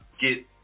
get